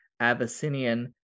Abyssinian